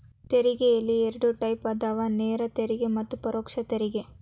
ತೆರಿಗೆಯಲ್ಲಿ ಎರಡ್ ಟೈಪ್ ಅದಾವ ನೇರ ತೆರಿಗೆ ಮತ್ತ ಪರೋಕ್ಷ ತೆರಿಗೆ